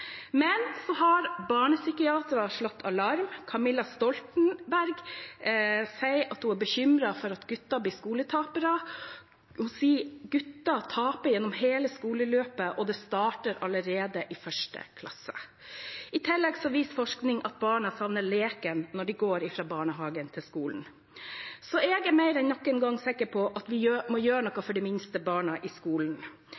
Men barnepsykiatere har slått alarm. Camilla Stoltenberg sier at hun er bekymret for at guttene blir skoletapere. Hun har sagt at gutter taper gjennom hele skoleløpet, og at det starter allerede i 1. klasse. I tillegg viser forskning at barna savner leken når de går fra barnehagen til skolen. Jeg er mer enn noen gang før sikker på at vi må gjøre